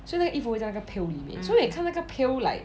so 那个衣服会在那个 pail 里面因为 so 你看那个 pail like